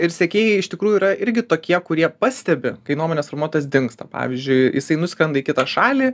ir sekėjai iš tikrųjų yra irgi tokie kurie pastebi kai nuomonės formuotojas dingsta pavyzdžiui jisai nuskrenda į kitą šalį